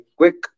quick